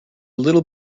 little